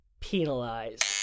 penalized